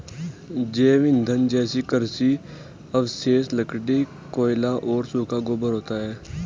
जैव ईंधन जैसे कृषि अवशेष, लकड़ी, कोयला और सूखा गोबर होता है